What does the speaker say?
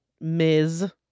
Ms